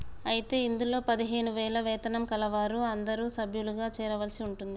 అయితే ఇందులో పదిహేను వేల వేతనం కలవారు అందరూ సభ్యులుగా చేరవలసి ఉంటుంది